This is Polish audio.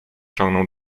ciągnął